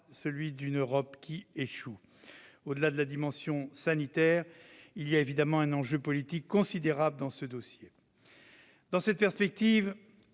non d'une Europe qui échoue. Au-delà de la dimension sanitaire, il y a évidemment un enjeu politique considérable dans ce dossier. Dans cette perspective,